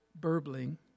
burbling